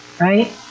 right